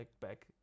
back